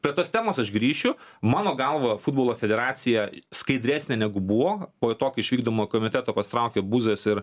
prie tos temos aš grįšiu mano galva futbolo federacija skaidresnė negu buvo po to kai iš vykdomojo komiteto pasitraukė buzas ir